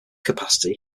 capacity